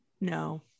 No